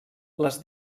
les